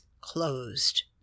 closed